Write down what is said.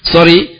Sorry